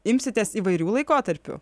imsitės įvairių laikotarpių